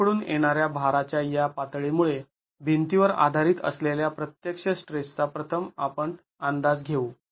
बाजू कडून येणाऱ्या भारा च्या या पातळी मुळे भिंतीवर आधारित असलेल्या प्रत्यक्ष स्ट्रेसचा प्रथम आपण अंदाज घेऊ